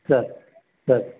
sir sir